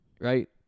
right